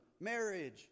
marriage